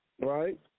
right